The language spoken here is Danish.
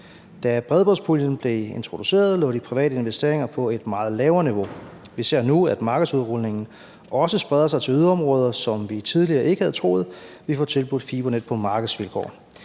Da bredbåndspuljen blev introduceret, lå de private investeringer på et meget lavere niveau. Vi ser nu, at markedsudrulningen også spreder sig til yderområder, som vi tidligere ikke havde troet ville få tilbudt fibernet på markedsvilkår.